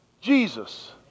Jesus